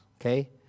okay